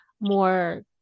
more